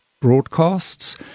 broadcasts